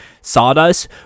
sawdust